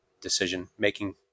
decision-making